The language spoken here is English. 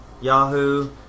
Yahoo